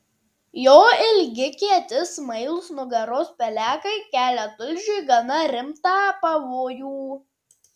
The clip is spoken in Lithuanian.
jo ilgi kieti smailūs nugaros pelekai kelia tulžiui gana rimtą pavojų